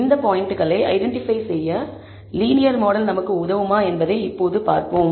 இந்த பாயின்ட்களை ஐடென்டிபை செய்ய லீனியர் மாடல் நமக்கு உதவுமா என்பதை இப்போது பார்ப்போம்